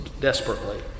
desperately